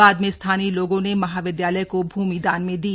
बाद में स्थानीय लोगों ने महाविद्यालय को भूमि दान में दी